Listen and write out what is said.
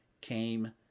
came